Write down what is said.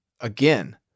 again